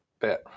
bit